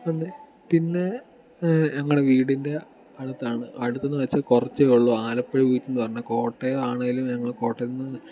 അത് പിന്നെ ഞങ്ങൾ വീടിൻ്റെ അടുത്താണ് അടുത്ത് എന്ന് വെച്ചാൽ കുറച്ചേ ഉള്ളു ആലപ്പുഴ ബീച്ച് എന്ന് പറഞ്ഞാൽ കോട്ടയം ആണെങ്കിലും ഞങ്ങൾ കോട്ടയത്ത് നിന്ന്